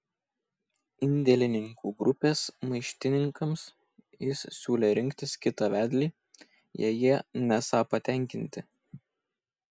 indėlininkų grupės maištininkams jis siūlė rinktis kitą vedlį jei jie nesą patenkinti